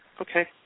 Okay